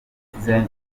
citizen